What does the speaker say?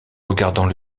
regardant